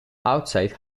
outside